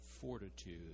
fortitude